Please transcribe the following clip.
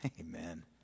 Amen